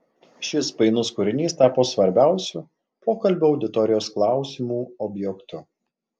šis painus kūrinys tapo svarbiausiu pokalbio auditorijos klausimų objektu